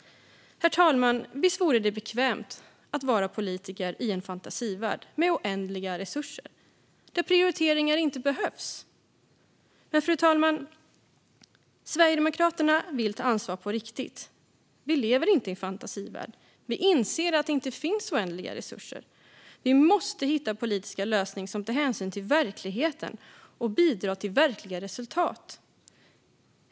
Fru talman! Visst vore det bekvämt att vara politiker i en fantasivärld med oändliga resurser, där prioriteringar inte behövs, men Sverigedemokraterna vill ta ansvar på riktigt. Vi lever inte i en fantasivärld. Vi inser att det inte finns oändliga resurser. Vi måste hitta politiska lösningar som tar hänsyn till verkligheten och som bidrar till verkliga resultat.